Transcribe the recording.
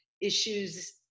issues